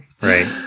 right